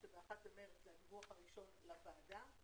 כשב-1 במרס יהיה הדיווח הראשון לוועדה.